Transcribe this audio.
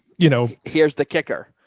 you know, here's the kicker.